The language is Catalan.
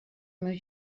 meus